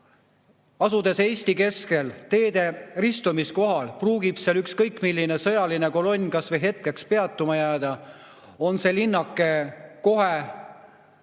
asub Eesti keskel, teede ristumiskohal. Pruugib seal ükskõik millisel sõjalisel kolonnil kas või hetkeks peatuma jääda ja see linnake on